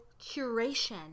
curation